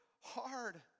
hard